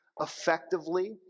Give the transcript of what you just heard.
effectively